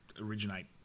originate